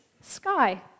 sky